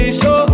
show